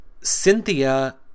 Cynthia